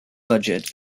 budget